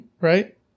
Right